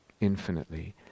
infinitely